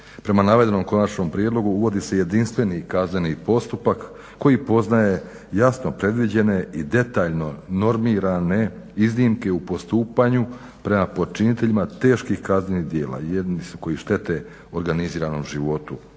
Prema navedenom konačnom prijedlogu uvodi se jedinstveni kazneni postupak koji poznaje jasno predviđene i detaljno normirane iznimke u postupanju prema počiniteljima teških kaznenih djela. Jedni su koji štete organiziranom životu